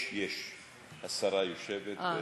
יש, יש, השרה יושבת.